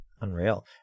Unreal